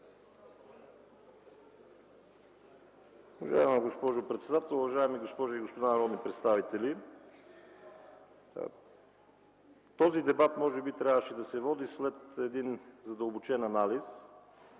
Уважаема госпожо председател, уважаеми госпожи и господа народни представители! Този дебат може би трябваше да се води след един задълбочен анализ